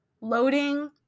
Loading